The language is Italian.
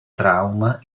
trauma